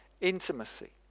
intimacy